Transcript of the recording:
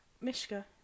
Mishka